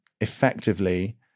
effectively